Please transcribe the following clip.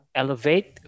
elevate